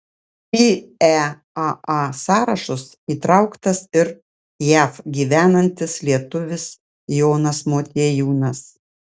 į eaa sąrašus įtrauktas ir jav gyvenantis lietuvis jonas motiejūnas